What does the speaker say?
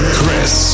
Chris